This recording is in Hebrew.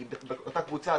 כי אותה קבוצה,